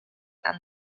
and